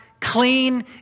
clean